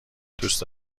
دوست